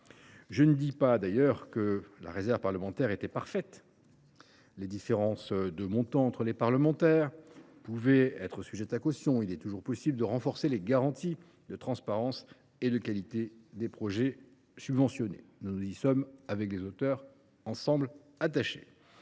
Je ne dis pas que la réserve parlementaire était parfaite. Les différences de montants entre les parlementaires pouvaient être sujettes à caution. Il est toujours possible de renforcer les garanties de transparence et de qualité des projets subventionnés. Les auteurs de texte et